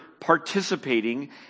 participating